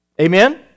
Amen